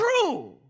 true